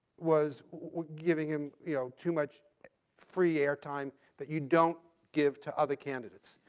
was was giving him you know too much free airtime that you don't give to other candidates,